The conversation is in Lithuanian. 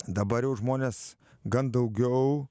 dabar jau žmonės gan daugiau